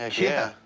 ah yeah.